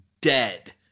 dead